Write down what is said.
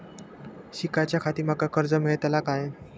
शिकाच्याखाती माका कर्ज मेलतळा काय?